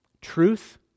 Truth